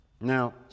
Now